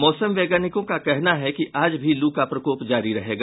मौसम वैज्ञानिकों का कहना है कि आज भी लू का प्रकोप जारी रहेगा